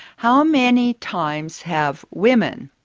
how many times have women,